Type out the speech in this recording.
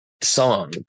song